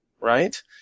right